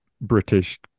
British